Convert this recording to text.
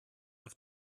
auf